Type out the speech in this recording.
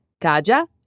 Kaja